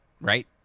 right